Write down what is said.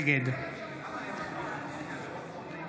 נגד